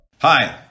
Hi